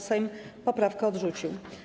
Sejm poprawkę odrzucił.